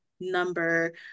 number